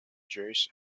jewish